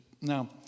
Now